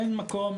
אין מקום